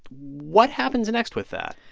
what happens next with that?